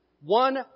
One